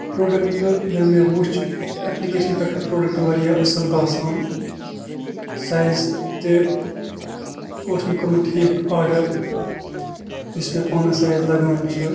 product ییٚلہِ مےٚ وُچھ ایٚپلِکیشنہِ پٮ۪ٹھ اوس پرڈکٹ واریاہ اَصٕل باسان سایز تہِ اوس مےٚ کوٚرمُت ٹھیٖک آرڈر یُس مےٚ پانَس سایز لگان چھُ